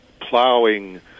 plowing